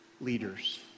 leaders